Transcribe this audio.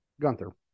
Gunther